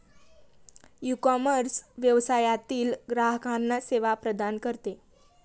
ecommerce व्यवसायातील ग्राहकांना सेवा प्रदान करते